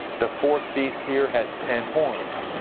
the fourth beast here has ten horns.